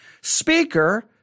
speaker